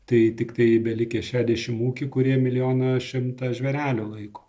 tai tiktai belikę šešiasdešim ūkių kurie milijoną šimtą žvėrelių laiko